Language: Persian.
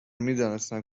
میدانستم